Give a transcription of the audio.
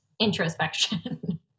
introspection